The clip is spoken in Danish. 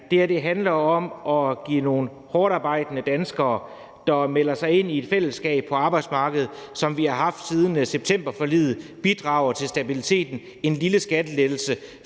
det her om at give nogle hårdtarbejdende danskere, der melder sig ind i et fællesskab på arbejdsmarkedet – som vi har haft siden septemberforliget – og bidrager til stabiliteten, en lille skattelettelse,